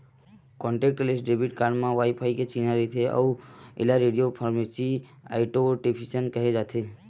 contactless debit card म wifi के चिन्हा रहिथे अउ एला रेडियो फ्रिवेंसी आइडेंटिफिकेसन केहे जाथे